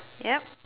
yup